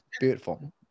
beautiful